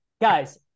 guys